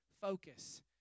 Focus